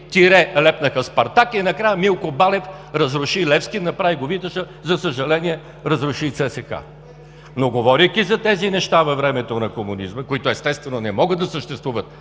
тире лепнаха „Спартак“, и накрая Милко Балев разруши „Левски“, направи го „Витоша“. За съжаление, разруши и ЦСКА. Но говорейки за тези неща във времето на комунизма, които естествено не могат да съществуват